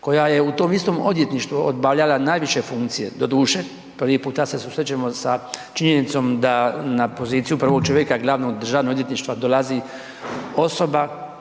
koja je u tom istom odvjetništvu obavljala najviše funkcije. Doduše, prvi puta se susrećemo sa činjenicom da na poziciju prvog čovjeka glavnog državnog odvjetništva dolazi osoba